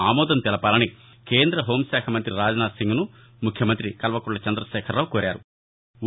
ఆమోదం తెలపాలని కేంద్ర హోంశాఖ మంత్రి రాజ్ నాధ్ సింగ్ను ముఖ్యమంత్రి కల్వకుంట్ల చంద్రశేఖర్ రావు కోరారు